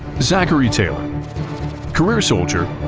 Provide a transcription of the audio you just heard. zachary taylor career soldier,